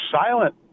silent